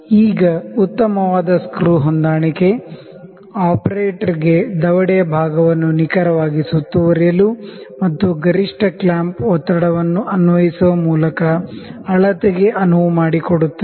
ಈಗ ಉತ್ತಮವಾದ ಸ್ಕ್ರೂ ಹೊಂದಾಣಿಕೆ ಆಪರೇಟರ್ಗೆ ದವಡೆಯ ಭಾಗವನ್ನು ನಿಖರವಾಗಿ ಸುತ್ತುವರಿಯಲು ಮತ್ತು ಗರಿಷ್ಠ ಕ್ಲ್ಯಾಂಪ್ ಒತ್ತಡವನ್ನು ಅನ್ವಯಿಸುವ ಮೂಲಕ ಅಳತೆಗೆ ಅನುವು ಮಾಡಿಕೊಡುತ್ತದೆ